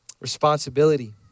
Responsibility